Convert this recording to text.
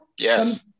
Yes